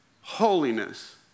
holiness